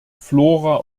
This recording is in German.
flora